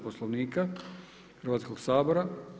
Poslovnika Hrvatskog sabora.